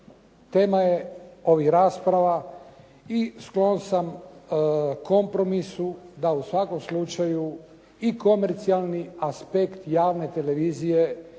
tema je ovih rasprava i sklon sam kompromisu da u svakom slučaju i komercijalni aspekt javne televizije